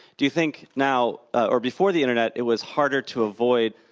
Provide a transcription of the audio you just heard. do you think now, or before the internet, it was harder to avoid,